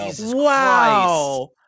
Wow